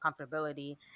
comfortability